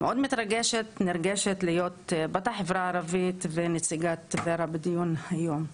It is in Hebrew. אני מאוד מתרגשת ונרגשת להיות בת החברה הערבית ונציגת ור"ה בדיון היום.